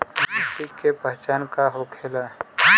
मिट्टी के पहचान का होखे ला?